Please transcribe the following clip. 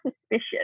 suspicious